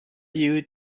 you